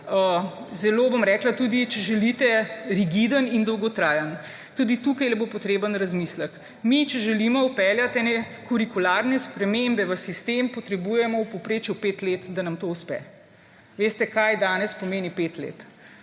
zelo jasen, tudi zelo, če želite, rigiden in dolgotrajen. Tudi tukaj bo potreben razmislek. Če želimo mi vpeljati ene kurikularne spremembe v sistem, potrebujemo v povprečju 5 let, da nam to uspe. Veste, kaj danes pomeni 5 let.